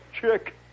chick